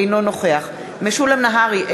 אינו נוכח משולם נהרי,